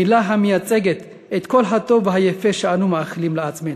מילה המייצגת את כל הטוב והיפה שאנו מאחלים לעצמנו.